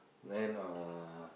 then uh